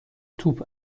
توپ